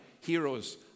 heroes